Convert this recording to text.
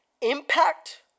Impact